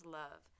love